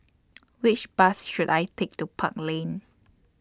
Which Bus should I Take to Park Lane